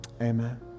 Amen